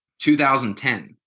2010